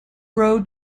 row